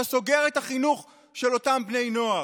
אתה סוגר את החינוך של אותם בני נוער.